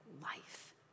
life